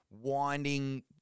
winding